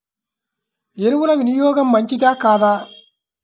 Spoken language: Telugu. ఎరువుల వినియోగం మంచిదా కాదా?